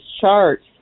charts